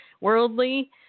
worldly